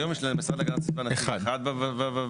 היום יש למשרד להגנת הסביבה נציג אחד בות"ל,